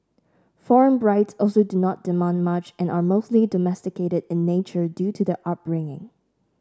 foreign brides also do not demand much and are mostly domesticated in nature due to their upbringing